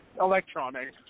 Electronics